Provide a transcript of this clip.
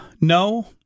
no